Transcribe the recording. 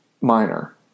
minor